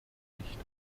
nicht